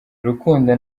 rukundo